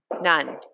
None